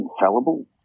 infallible